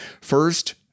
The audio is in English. First